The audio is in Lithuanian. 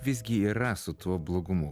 visgi yra su tuo blogumu